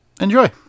Enjoy